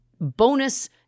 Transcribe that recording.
bonus